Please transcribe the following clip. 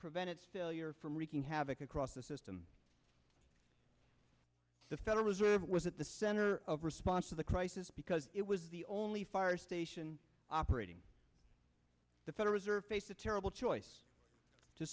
prevent its failure from wreaking havoc across the system the federal reserve was at the center of response to the crisis because it was the only fire station operating the federal reserve faced a terrible choice to